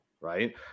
right